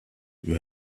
you